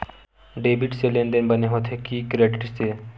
Debit से लेनदेन बने होथे कि क्रेडिट से?